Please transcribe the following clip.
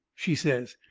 she says.